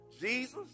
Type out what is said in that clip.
Jesus